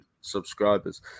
subscribers